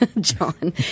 John